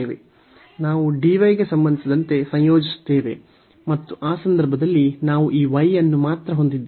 ನಾವು dy ಗೆ ಸಂಬಂಧಿಸಿದಂತೆ ಸಂಯೋಜಿತ್ತೇವೆ ಮತ್ತು ಆ ಸಂದರ್ಭದಲ್ಲಿ ನಾವು ಈ y ಅನ್ನು ಮಾತ್ರ ಹೊಂದಿದ್ದೇವೆ